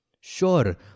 Sure